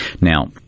Now